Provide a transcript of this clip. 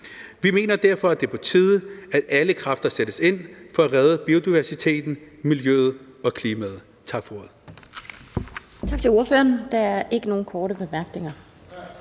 Vi mener derfor, at det er på tide, at alle kræfter sættes ind på at redde biodiversiteten, miljøet og klimaet. Tak for ordet. Kl. 12:16 Den fg. formand (Annette Lind): Tak til ordføreren. Der er ikke nogen korte bemærkninger.